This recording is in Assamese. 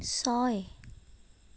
ছয়